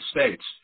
States